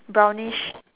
brownish